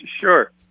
Sure